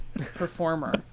performer